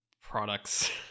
products